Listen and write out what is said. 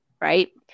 right